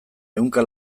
ehunka